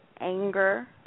anger